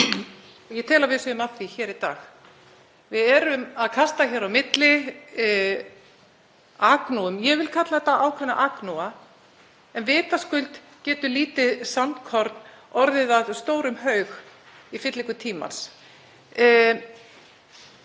ég tel að við séum að því hér í dag. Við erum að kasta á milli agnúum. Ég vil kalla þetta ákveðna agnúa, en vitaskuld getur lítið sandkorn orðið að stórum haug í fyllingu tímans.